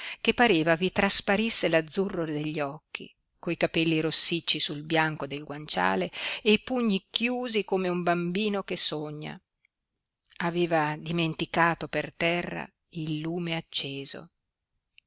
che pareva vi trasparisse l'azzurro degli occhi coi capelli rossicci sul bianco del guanciale e i pugni chiusi come un bambino che sogna aveva dimenticato per terra il lume acceso